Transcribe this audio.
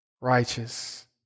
righteous